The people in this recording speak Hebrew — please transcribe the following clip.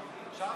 נגד, אפשר?